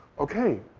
ok,